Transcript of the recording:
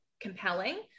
compelling